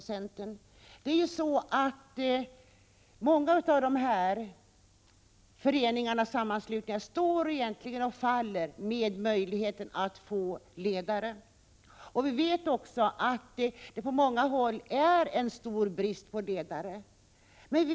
Många av föreningarna och sammanslutningarna står och faller med möjligheten att få ledare, och på många håll är det en stor brist på ledare.